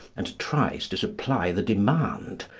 and tries to supply the demand,